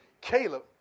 Caleb